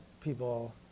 people